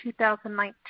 2019